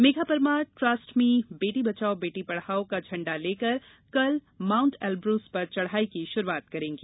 Megha Parmar trust मी बेटी बचाओ बेटी पढ़ाओं का झण्डा लेकर कल माउंट एलब्रुस पर चढ़ाई की शुरुआत करेंगी